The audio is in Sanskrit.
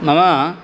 मम